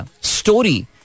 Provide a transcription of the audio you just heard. story